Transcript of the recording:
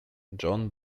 john